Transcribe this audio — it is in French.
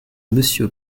monsieur